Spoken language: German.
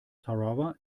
tarawa